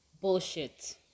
Bullshit